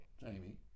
jamie